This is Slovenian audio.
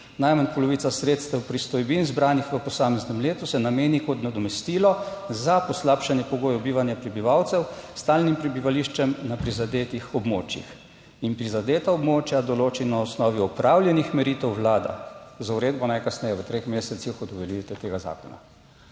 Najmanj polovica sredstev pristojbin, zbranih v posameznem letu, se nameni kot nadomestilo za poslabšanje pogojev bivanja prebivalcev s stalnim prebivališčem na prizadetih območjih. Prizadeta območja določi na osnovi opravljenih meritev Vlada, z uredbo najkasneje v treh mesecih od uveljavitve tega zakona.